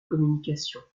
communication